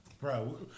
Bro